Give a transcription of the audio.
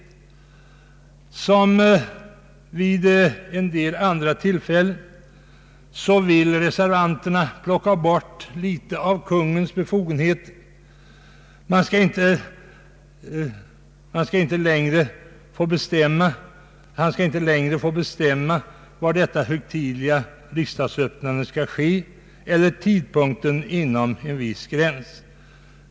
Liksom vid en del andra tillfällen vill reservanterna plocka bort litet av kungens befogenheter. Han skall inte längre få bestämma var det högtidliga riksdagsöppnandet skall ske eller tidpunkten inom en viss gräns.